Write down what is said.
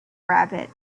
rabbit